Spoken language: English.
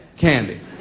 candy